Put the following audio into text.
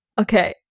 Okay